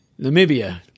Namibia